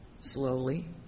Slowly